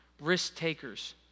risk-takers